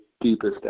deepest